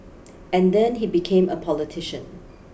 and then he became a politician